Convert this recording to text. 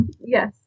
Yes